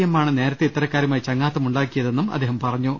എമ്മാണ് നേരത്തെ ഇത്തരക്കാരുമായി ചങ്ങാത്തമുണ്ടാക്കിയതെന്നും അദ്ദേഹം പറഞ്ഞു